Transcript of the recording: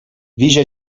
виҫӗ